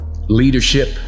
leadership